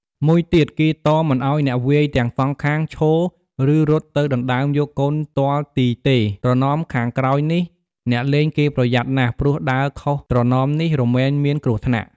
មួយទៀត គេតមមិនឲ្យអ្នកវាយទាំងសងខាងឈរ ឬរត់ទៅដណ្តើមយកកូនទាល់ទីទេ ត្រណមខាងក្រោយនេះ អ្នកលេងគេប្រយ័ត្នណាស់ ព្រោះដើរខុសត្រណមនេះរមែងមានគ្រោះថ្នាក់។